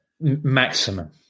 maximum